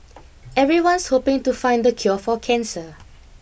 everyone's hoping to find the cure for cancer